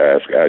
ask